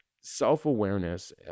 self-awareness